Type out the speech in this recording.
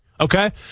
Okay